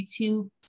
YouTube